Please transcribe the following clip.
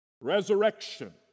resurrection